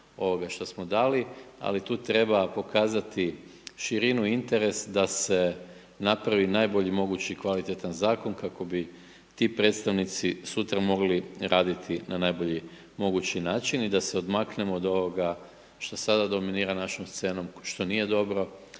što smo dali, ali tu treba pokazati širinu i interes da se napravi najbolji mogući kvalitetan Zakon kako bi ti predstavnici sutra mogli raditi na najbolji mogući način, i da se odmaknemo od ovoga što sada dominira našom scenom što nije dobro,